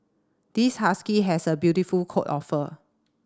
this husky has a beautiful coat of fur